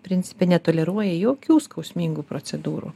principe netoleruoja jokių skausmingų procedūrų